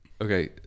Okay